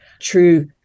true